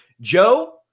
Joe